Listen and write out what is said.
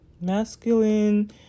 Masculine